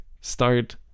Start